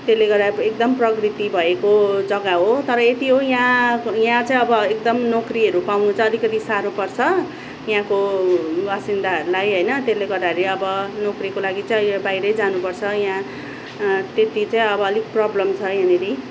त्यसले गर्दा अब एकदम प्रगति भएको जग्गा हो तर यति हो यहाँ चाहिँ अब एकदम नोकरीहरू पाउनु चाहिँ अतिकति साह्रो पर्छ यहाँको बासिन्दाहरूलाई होइन त्यसले गर्दाखेरि अब नोकरीको लागि चाहिँ बाहिरै जानुपर्छ यहाँ त्यति चाहिँ अलिक प्रब्लम छ यहाँनिर